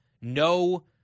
no